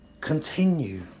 continue